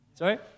Sorry